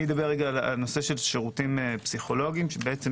לגבי זה,